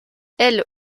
aile